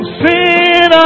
sin